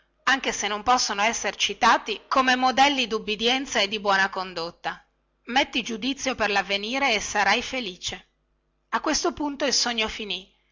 anche se non possono esser citati come modelli dubbidienza e di buona condotta metti giudizio per lavvenire e sarai felice a questo punto il sogno finì